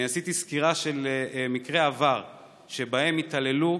אני עשיתי סקירה של מקרי עבר שבהם התעללו,